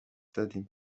دادیم